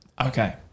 Okay